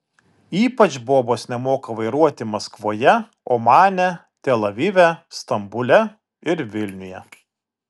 ypač bobos nemoka vairuoti maskvoje omane tel avive stambule ir vilniuje